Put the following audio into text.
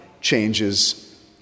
changes